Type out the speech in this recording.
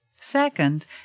Second